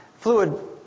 fluid